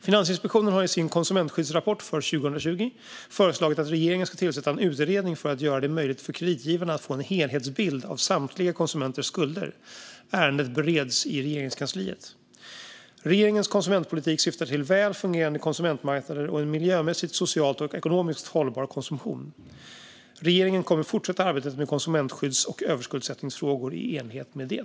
Finansinspektionen har i sin konsumentskyddsrapport för 2020 föreslagit att regeringen ska tillsätta en utredning för att göra det möjligt för kreditgivarna att få en helhetsbild av samtliga konsumenters skulder. Ärendet bereds i Regeringskansliet. Regeringens konsumentpolitik syftar till väl fungerande konsumentmarknader och en miljömässigt, socialt och ekonomiskt hållbar konsumtion. Regeringen kommer att fortsätta arbetet med konsumentskydds och överskuldsättningsfrågor i enlighet med det.